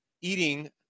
eating